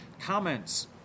Comments